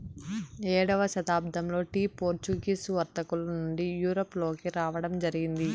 ఏడవ శతాబ్దంలో tea Portuguese వర్తకుల నుండి యూరప్ లోకి రావడం జరిగింది